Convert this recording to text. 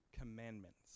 Commandments